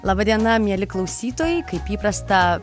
laba diena mieli klausytojai kaip įprasta